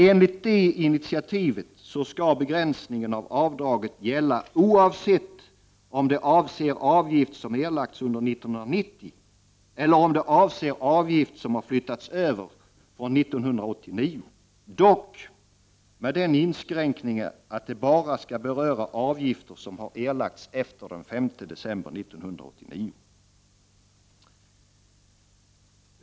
Enligt detta skall begränsningen av avdraget gälla oavsett om det avser avgift som erlagts under 1990 eller om det avser avgift som flyttats över från 1989 — dock med den inskränkningen att det bara skall beröra avgifter som erlagts efter den 5 december 1989.